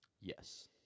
Yes